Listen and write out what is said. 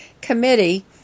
Committee